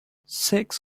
six